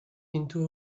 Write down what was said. into